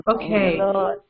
Okay